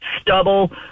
stubble